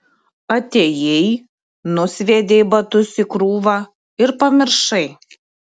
atėjai nusviedei batus į krūvą ir pamiršai